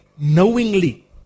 knowingly